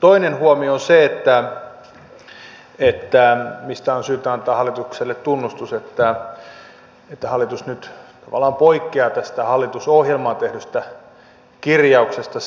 toinen huomio on se mistä on syytä antaa hallitukselle tunnustus että hallitus nyt vallan poikkeaa tästä hallitusohjelmaan tehdystä kirjauksesta